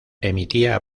emitía